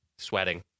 Sweating